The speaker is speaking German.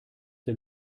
der